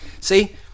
See